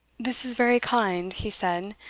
this is very kind, he said,